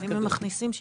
זה